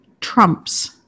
trumps